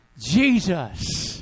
Jesus